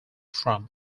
from